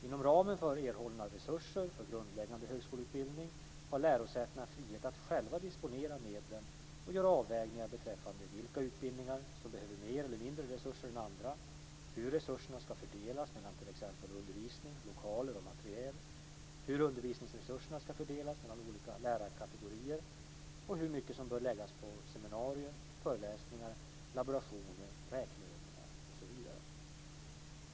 Inom ramen för erhållna resurser för grundläggande högskoleutbildning har lärosätena frihet att själva disponera medlen och göra avvägningar beträffande vilka utbildningar som behöver mer eller mindre resurser än andra, hur resurserna ska fördelas mellan t.ex. undervisning, lokaler och materiel, hur undervisningsresurserna ska fördelas mellan olika lärarkategorier och hur mycket som bör läggas på seminarier, föreläsningar, laborationer, räkneövningar osv.